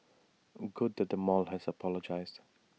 good that the mall has apologised